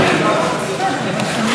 זה דבר שצריך להיאמר,